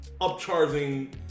upcharging